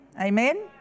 Amen